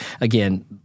again